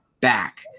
back